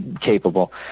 capable